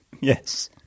Yes